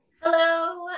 hello